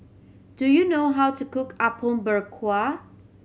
do you know how to cook Apom Berkuah